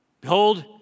Behold